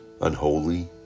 unholy